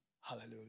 Hallelujah